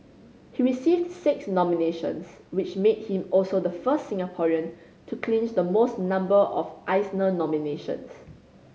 he received six nominations which made him also the first Singaporean to clinch the most number of Eisner nominations